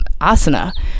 asana